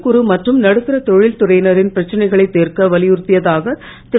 குறு மம்றும் நடுத்தரத் தொழில்றையினரின் பிரச்சனைகளைத் திர்க்க வலியுறுத்தியதாக திரு